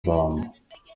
ibamba